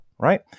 Right